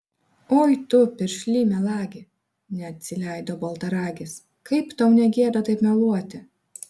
oi tu piršly melagi neatsileido baltaragis kaip tau ne gėda taip meluoti